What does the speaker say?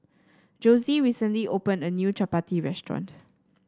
Josie recently opened a new chappati restaurant